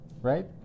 right